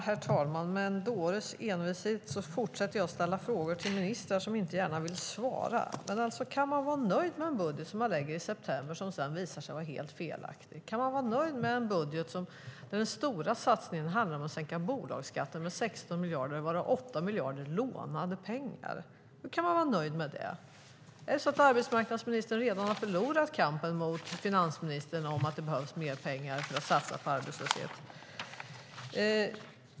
Herr talman! Med en dåres envishet fortsätter jag att ställa frågor till ministrar som inte gärna vill svara. Kan man vara nöjd med en budget som man lägger fram i september som sedan visar sig vara helt felaktig? Kan man vara nöjd med en budget där den stora satsningen handlar om att sänka bolagsskatten med 16 miljarder, varav 8 miljarder är lånade pengar? Hur kan man vara nöjd med det? Är det så att arbetsmarknadsministern redan har förlorat kampen mot finansministern om att det behövs mer pengar för att komma till rätta med arbetslösheten?